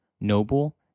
noble